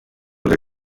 del